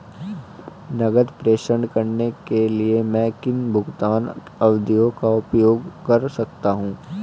नकद प्रेषण करने के लिए मैं किन भुगतान विधियों का उपयोग कर सकता हूँ?